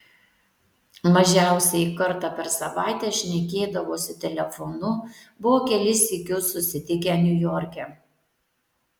mažiausiai kartą per savaitę šnekėdavosi telefonu buvo kelis sykius susitikę niujorke